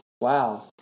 Wow